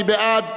מי בעד?